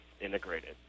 integrated